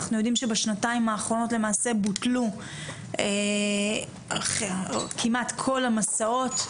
אנחנו יודעים שבשנתיים האחרונות למעשה בוטלו כמעט כל המסעות.